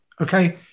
Okay